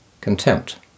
contempt